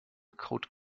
code